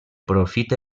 profit